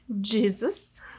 Jesus